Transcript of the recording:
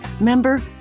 Member